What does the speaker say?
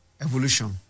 evolution